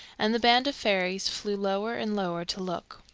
and the band of fairies flew lower and lower to look.